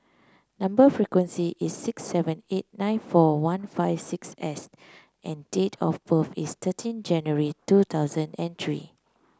number sequence is six seven eight nine four one five six S and date of birth is thirteen January two thousand and three